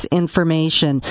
information